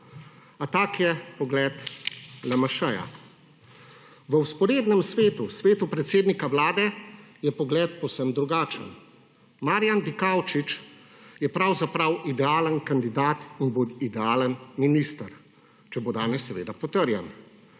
A tak je pogled LMŠ-ja. V vzporednem svetu, svetu predsednika Vlade, je pogled povsem drugačen. Marjan Dikaučič je pravzaprav idealen kandidat in bo idealen minister, če bo danes seveda potrjen.